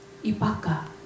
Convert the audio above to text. Ibaka